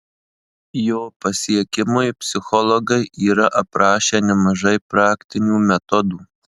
jo pasiekimui psichologai yra aprašę nemažai praktinių metodų